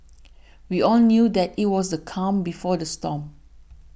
we all knew that it was the calm before the storm